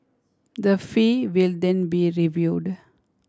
the fee will then be reviewed